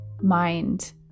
mind